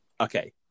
okay